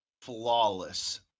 Flawless